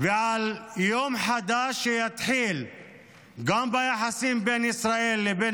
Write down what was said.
ועל יום חדש שיתחיל גם ביחסים בין ישראל לבין